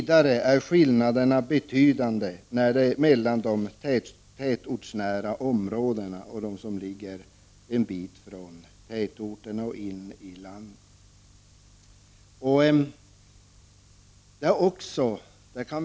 Det är vidare betydande skillnader mellan de tätortsnära områdena och de som ligger en bit in i landet.